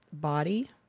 body